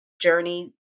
journey